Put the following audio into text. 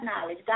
knowledge